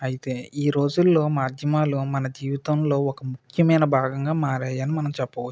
అయితే ఈ రోజులలో మాధ్యమాలు మన జీవితంలో ఒక ముఖ్యమైన భాగంగా మారినాయి అని మనం చెప్పవచ్చు